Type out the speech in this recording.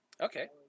Okay